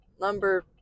number